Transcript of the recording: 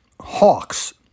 hawks